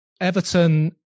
Everton